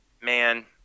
man